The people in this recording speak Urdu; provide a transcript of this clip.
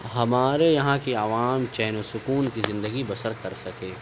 ہمارے یہاں کی عوام چین و سکون کی زندگی بسر کر سکے